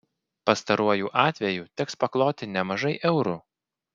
pastaruoju atveju teks pakloti nemažai eurų